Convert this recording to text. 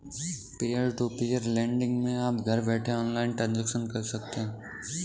peer to peer lending मै आप घर बैठे ऑनलाइन ट्रांजेक्शन कर सकते है